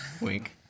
wink